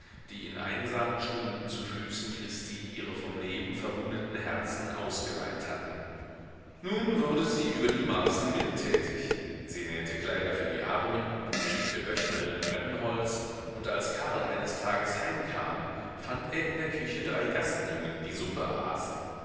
die in einsamen stunden zu füßen christi ihre vom leben verwundeten herzen ausgeweint hatten nun wurde sie über die maßen mildtätig sie nähte kleider für die armen schickte wöchnerinnen brennholz und als karl eines tages heimkam fand er in der küche drei gassenjungen die suppe aßen